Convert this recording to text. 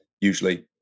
usually